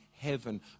heaven